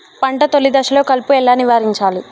పంట తొలి దశలో కలుపు ఎలా నివారించాలి?